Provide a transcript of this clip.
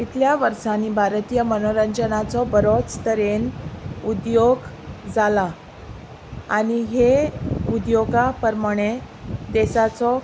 इतल्या वर्सांनी भारतीय मनोरंजनाचो बरोच तरेन उद्योग जाला आनी हे उद्योगा प्रमाणे देसाचो